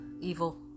evil